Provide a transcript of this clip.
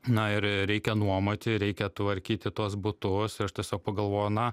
na ir reikia nuomoti reikia tvarkyti tuos butus ir aš tiesiog pagalvojau na